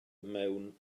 mewn